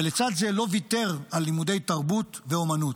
ולצד זה לא ויתר על לימודי תרבות ואומנות.